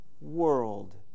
world